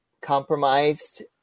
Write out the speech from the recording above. compromised